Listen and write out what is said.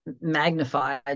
magnified